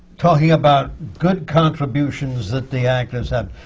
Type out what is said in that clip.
talking about good contributions that the actors have,